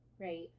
Right